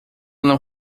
não